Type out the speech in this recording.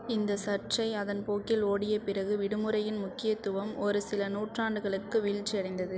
இந்த சர்ச்சை அதன் போக்கில் ஓடிய பிறகு விடுமுறையின் முக்கியத்துவம் ஒரு சில நூற்றாண்டுகளுக்கு வீழ்ச்சியடைந்தது